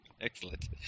Excellent